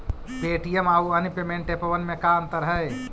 Paytm आउ अन्य payment एपबन में का अंतर हई?